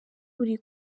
buri